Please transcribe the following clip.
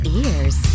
ears